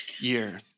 year